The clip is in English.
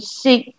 sick